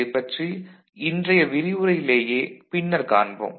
இதைப் பற்றி இன்றைய விரிவுரையிலேயே பின்னர் காண்போம்